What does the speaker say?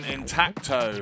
Intacto